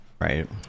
right